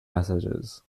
messages